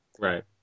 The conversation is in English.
Right